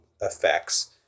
effects